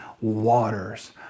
waters